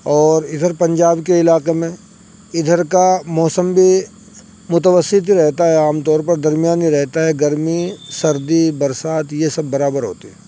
اور ادھر پنجاب کے علاقے میں ادھر کا موسم بھی متوسط ہی رہتا ہے عام طور پر درمیانی رہتا ہے گرمی سردی برسات یہ سب برابر ہوتے ایں